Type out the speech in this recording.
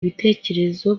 ibitekerezo